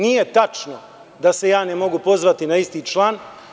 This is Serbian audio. Nije tačno da se ja ne mogu pozvati na isti član.